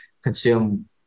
consume